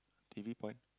T_V point